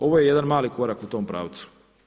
Ovo je jedan mali korak u tom pravcu.